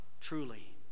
Truly